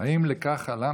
" האם כך חלמת?